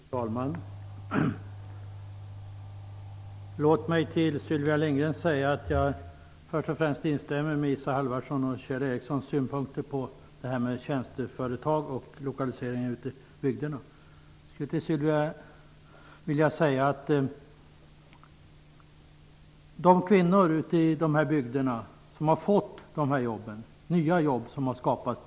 Fru talman! Låt mig först och främst säga till Sylvia Lindgren att jag instämmer i Isa Halvarssons och Kjell Ericssons synpunkter i fråga om tjänsteföretag och lokalisering ute i bygderna. Kvinnor ute i dessa bygder har fått nya jobb som har skapats.